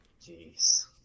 Jeez